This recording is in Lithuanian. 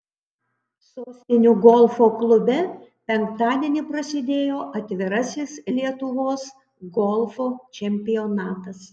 sostinių golfo klube penktadienį prasidėjo atvirasis lietuvos golfo čempionatas